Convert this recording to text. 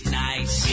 nice